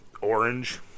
orange